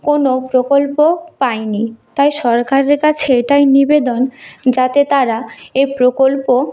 কোনো প্রকল্প পায়নি তাই সরকারের কাছে এটাই নিবেদন যাতে তারা এ প্রকল্প